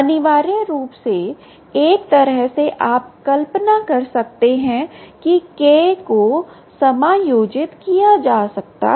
अनिवार्य रूप से एक तरह से आप कल्पना कर सकते हैं कि K को समायोजित किया जा सकता है